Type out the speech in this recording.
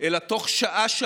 אלא תוך שעה-שעתיים,